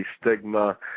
stigma